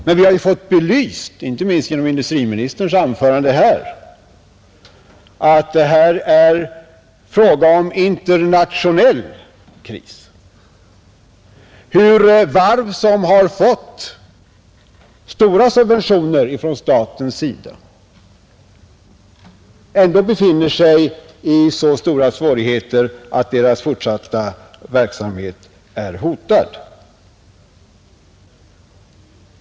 Men vi har ju fått belyst, inte minst genom industriministerns anförande, att det här är fråga om en internationell kris där varv som har fått stora subventioner från staten ändå befinner sig i så svårt läge att deras fortsatta verksamhet är hotad.